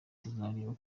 tuzareba